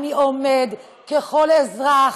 אני עומד ככל אזרח,